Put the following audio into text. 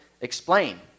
explain